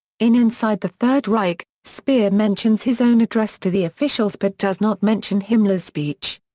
in inside the third reich, speer mentions his own address to the officials but does not mention himmler's speech.